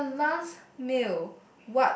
for your last meal